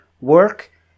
work